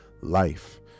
life